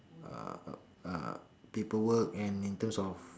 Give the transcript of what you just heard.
uh uh uh paperwork and in terms of